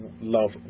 love